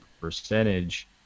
percentage